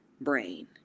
brain